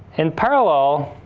in parallel,